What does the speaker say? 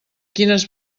quines